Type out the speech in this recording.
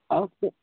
okay